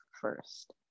first